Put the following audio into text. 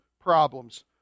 problems